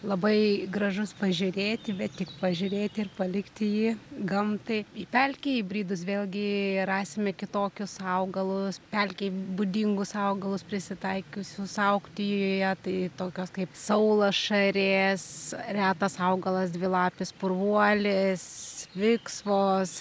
labai gražus pažiūrėti bet tik pažiūrėti ir palikti jį gamtai į pelkę įbridus vėlgi rasime kitokius augalus pelkei būdingus augalus prisitaikiusius augti joje tai tokios kaip saulašarės retas augalas dvilapis purvuolis viksvos